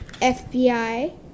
FBI